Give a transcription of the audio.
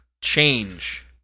Change